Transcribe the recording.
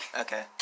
Okay